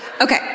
Okay